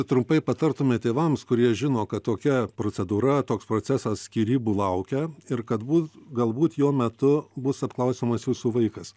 trumpai patartumėt tėvams kurie žino kad tokia procedūra toks procesas skyrybų laukia ir kad būt galbūt jo metu bus apklausiamas jūsų vaikas